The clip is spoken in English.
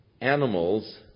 animals